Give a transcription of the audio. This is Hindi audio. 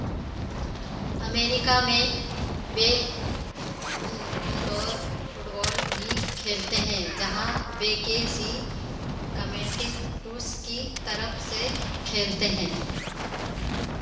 अमेरिका में वे इन इनडोर फुटबाल भी खेलते हैं जहाँ वे के सी कमेंटीस टूस की तरफ़ से खेलते हैं